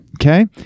okay